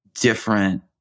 different